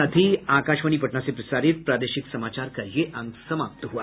इसके साथ ही आकाशवाणी पटना से प्रसारित प्रादेशिक समाचार का ये अंक समाप्त हुआ